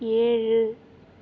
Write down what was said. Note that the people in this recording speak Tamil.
ஏழு